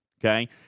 okay